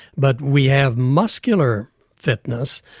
but we have muscular fitness,